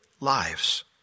lives